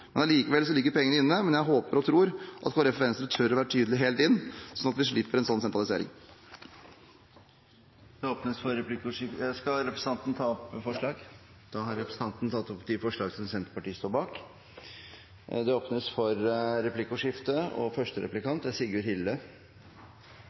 Allikevel ligger pengene inne, men jeg håper og tror at Kristelig Folkeparti og Venstre tør å være tydelige helt inn, så vi slipper en sånn sentralisering. Ønsker representanten å ta opp forslag? Ja. Da har representanten Slagsvold Vedum tatt opp de forslagene som Senterpartiet står bak. Det blir replikkordskifte. Det kunne vært fristende å kommentere litt av omsuten for